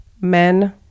Men